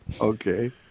Okay